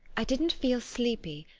i didn't feel sleepy,